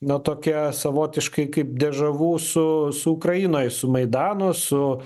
na tokia savotiškai kaip dežavu su su ukrainoj su maidanu su